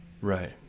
Right